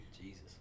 jesus